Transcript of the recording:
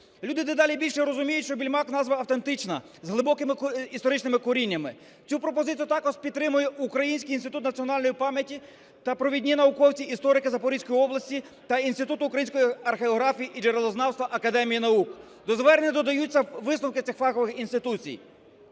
Люди дедалі більше розуміють, що "Більмак" – назва автентична з глибокими історичними коріннями. Цю пропозицію також підтримує Український інститут національної пам'яті та провідні науковці, історики Запорізької області та Інституту української археографії і джерелознавства Академії наук. До звернення додаються висновки цих фахових інституцій.